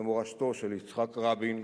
ולמורשתו של יצחק רבין